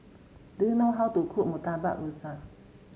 do you know how to cook Murtabak Rusa